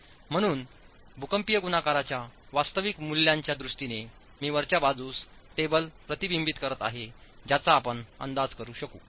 म्हणून भूकंपीय गुणाकारांच्या वास्तविक मूल्यांच्या दृष्टीने मी वरच्या बाजूस टेबल प्रतिबिंबित करीत आहे ज्याचा आपण अंदाज करू शकू